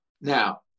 Now